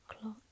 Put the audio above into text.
clock